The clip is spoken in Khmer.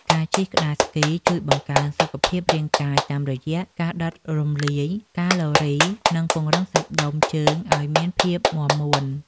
ការជិះក្ដារស្គីជួយបង្កើនសុខភាពរាងកាយតាមរយៈការដុតរំលាយកាឡូរី និងពង្រឹងសាច់ដុំជើងឱ្យមានភាពមាំមួន។